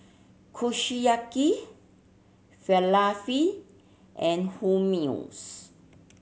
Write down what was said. Kushiyaki Falafel and Hummus